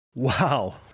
Wow